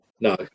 no